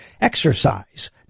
exercise